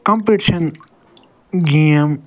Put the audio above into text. competition game